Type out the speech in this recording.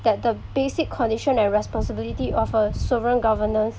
that the basic condition and responsibility of a sovereign governance